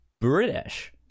British